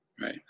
Right